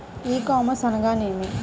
ఈ కామర్స్ అనగానేమి?